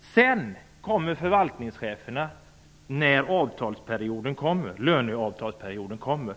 Sedan kommer förvaltningscheferna, ungefär 15 stycken, när löneavtalsperioden